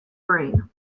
reign